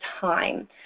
time